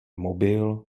mobil